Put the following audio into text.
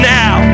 now